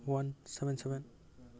one seven seven